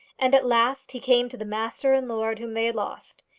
and at last he came to the master and lord whom they had lost.